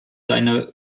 seine